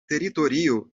teritorio